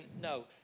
No